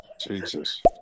Jesus